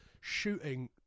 shooting